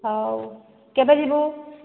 ହେଉ କେବେ ଯିବୁ